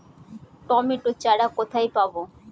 Tomato চারা কোথায় পাবো?